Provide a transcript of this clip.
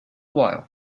while